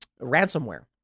ransomware